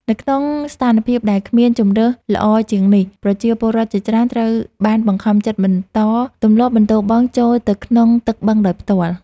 នៅក្នុងស្ថានភាពដែលគ្មានជម្រើសល្អជាងនេះ ប្រជាពលរដ្ឋជាច្រើនត្រូវបានបង្ខំចិត្តបន្តទម្លាប់បន្ទោបង់ចូលទៅក្នុងទឹកបឹងដោយផ្ទាល់។